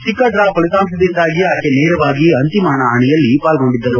ಚಿಕ್ಕ ಡ್ರಾ ಫಲಿತಾಂಶದಿಂದಾಗಿ ಆಕೆ ನೇರವಾಗಿ ಅಂತಿಮ ಹಣಾಹಣಿಯಲ್ಲಿ ಪಾಲ್ಗೊಂಡಿದ್ದರು